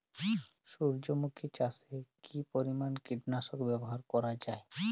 সূর্যমুখি চাষে কি পরিমান কীটনাশক ব্যবহার করা যায়?